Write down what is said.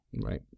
Right